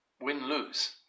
win-lose